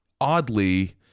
oddly